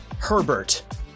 Herbert